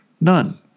none